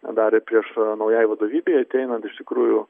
tą darė prieš naujai vadovybei ateinant iš tikrųjų